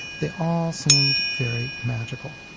they all seemed very magical.